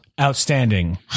outstanding